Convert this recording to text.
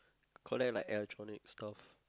collect like electronic stuff